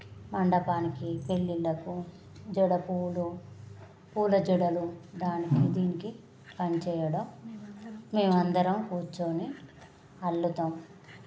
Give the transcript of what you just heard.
మండపానికి పెళ్ళిళ్ళకు జడ పువ్వులు పూల జడలు దానికి దీనికి పనిచేయడం మేమందరం కూర్చొని అల్లుతాం